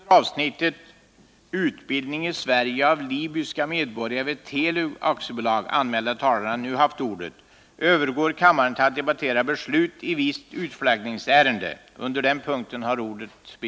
Sedan de under avsnittet Utbildning i Sverige av libyska medborgare vid Telub AB anmälda talarna nu haft ordet övergår kammaren till att debattera Beslut i visst ”utflaggningsärende”.